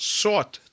sought